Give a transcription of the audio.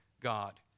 God